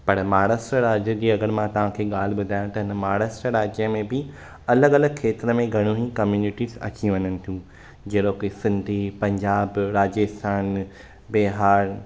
पर महाराष्ट्र राॼ जी अगरि मां तव्हां खे ॻाल्हि ॿुधायां त महाराष्ट्र राॼ में बि अलॻि अलॻि खेत्र में घणो ईं कम्यूनिटीज़ अची वञनि थियूं जहिड़ो के सिंधी पंजाब राजस्थान बिहार